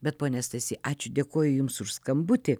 bet pone stasy ačiū dėkoju jums už skambutį